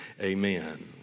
amen